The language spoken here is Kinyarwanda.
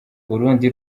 urundi